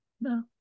No